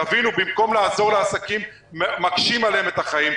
תבינו, במקום לעזור לעסקים, מקשים עליהם את החיים.